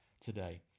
today